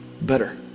Better